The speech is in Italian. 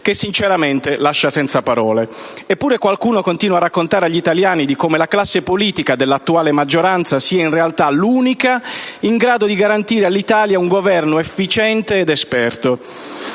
che, sinceramente, lascia senza parole. Eppure qualcuno continua a raccontare agli italiani di come la classe politica dell'attuale maggioranza sia in realtà l'unica in grado di garantire all'Italia un Governo efficiente ed esperto.